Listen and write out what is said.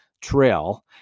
trail